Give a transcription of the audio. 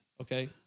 okay